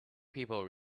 people